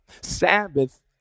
Sabbath